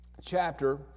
chapter